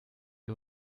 die